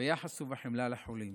ביחס ובחמלה לחולים.